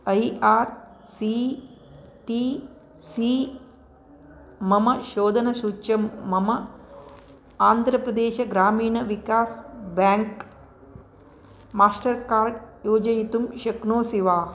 I R C T C मम शोधनसूच्यं मम आन्ध्रप्रदेशग्रामीण विकास् बैङ्क् मास्टर्कार्ड् योजयितुं शक्नोषि वा